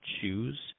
choose